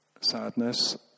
sadness